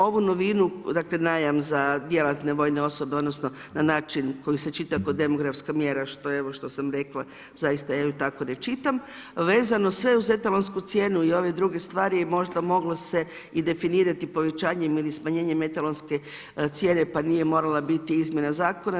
Ovu novinu, dakle, najam za djelatne vojne osobe, odnosno, na način koji se čita ko demografska mjera, što evo, što sam rekla, zaista ja ju tako ne čitam, vezano sve uz etalonsku cijenu i ovu druge stvari, možda moglo se i definirati i povećanjem ili smanjenjem etalonske cijene, pa nije morala biti izmjena zakona.